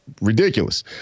ridiculous